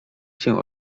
się